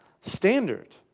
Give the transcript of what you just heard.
standard